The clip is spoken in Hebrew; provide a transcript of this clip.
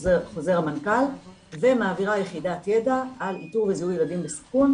חוזר המנכ"ל ומעבירה יחידת ידע על איתור וזיהוי ילדים בסיכון,